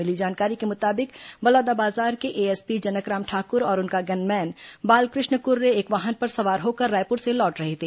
मिली जानकारी के मुताबिक बलौदाबाजार के एएसपी जनकराम ठाकुर और उनका गनमैन बालकृष्ण कुर्रे एक वाहन पर सवार होकर रायपुर से लौट रहे थे